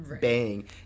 bang